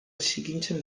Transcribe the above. zikintzen